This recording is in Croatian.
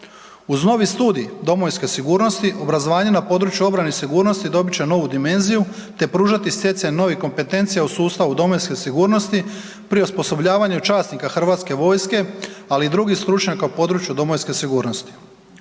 Uz novi studij domovinske sigurnosti, obrazovanje na području obrane i sigurnosti dobit će novu dimenziju te pružati stjecaj novih kompetencija u sustavu domovinske sigurnosti pri osposobljavanju časnika HV-a, ali i drugih stručnjaka u području domovinske sigurnosti.